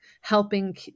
helping